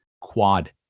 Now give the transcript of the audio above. Quad